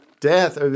death